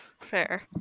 fair